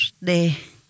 de